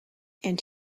and